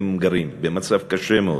גרים, במצב קשה מאוד.